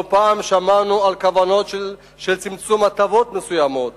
לא פעם שמענו על כוונות של צמצום הטבות מסוימות